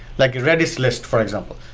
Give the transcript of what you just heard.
like a redis list for example.